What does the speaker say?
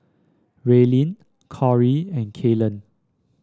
Raelynn Cori and Kaylan